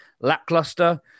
lackluster